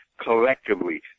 collectively